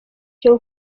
cyo